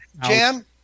Jan